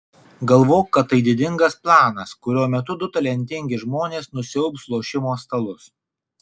galvok kad tai didingas planas kurio metu du talentingi žmonės nusiaubs lošimo stalus